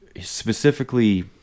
specifically